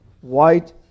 white